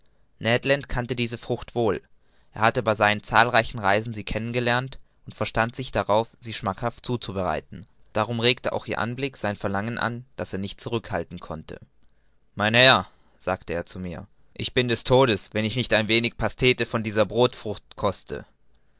kannte diese frucht wohl er hatte bei seinen zahlreichen reisen sie kennen gelernt und verstand sich darauf sie schmackhaft zuzubereiten darum regte auch ihr anblick sein verlangen an das er nicht zurückhalten konnte mein herr sagte er zu mir ich bin des todes wenn ich nicht ein wenig pastete von dieser brodfrucht koste